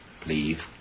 please